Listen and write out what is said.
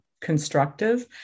constructive